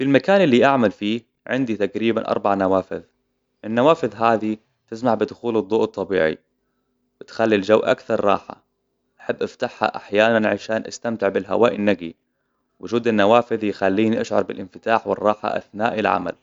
في المكان اللي أعمل فيه عندي تقريباً أربع نوافذ. النوافذ هذي تسمح بدخول الضوء الطبيعي، بتخلي الجو أكثر راحة. بحب إفتحها أحيانا عشان أستمتع بالهواء النقي. وجود النوافذ يخليني أشعر بالإنفتاح والراحة أثناء العمل.